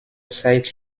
zeit